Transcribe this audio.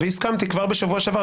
והסכמתי כבר בשבוע שעבר,